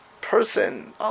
person